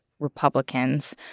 Republicans